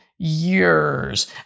years